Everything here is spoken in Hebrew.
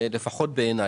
לפחות בעיניי.